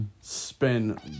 spin